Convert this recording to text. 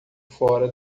fora